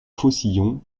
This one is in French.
faucillon